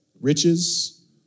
riches